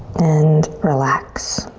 and relax.